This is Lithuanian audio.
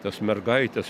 tas mergaites